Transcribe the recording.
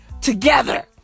together